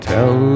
Tell